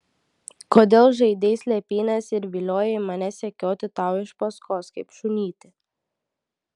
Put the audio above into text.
kodėl žaidei slėpynes ir viliojai mane sekioti tau iš paskos kaip šunytį